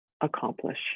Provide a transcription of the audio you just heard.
accomplish